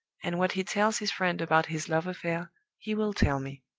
and what he tells his friend about his love affair he will tell me.